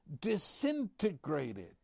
disintegrated